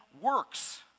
works